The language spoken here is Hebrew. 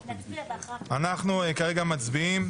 מצביעים.